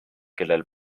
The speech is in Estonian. kellel